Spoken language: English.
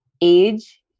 age